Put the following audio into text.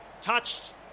Touched